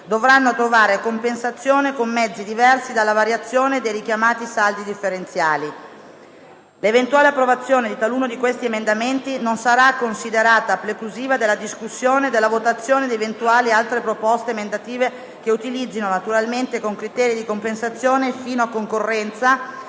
dovranno trovare compensazione con mezzi diversi dalla variazione dei richiamati saldi differenziali. L'eventuale approvazione di taluno di questi emendamenti non sarà considerata preclusiva della discussione e della votazione di eventuali altre proposte emendative che utilizzino, naturalmente con criteri di compensazione e fino a concorrenza,